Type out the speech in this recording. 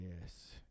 Yes